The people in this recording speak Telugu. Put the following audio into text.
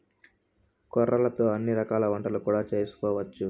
కొర్రలతో అన్ని రకాల వంటలు కూడా చేసుకోవచ్చు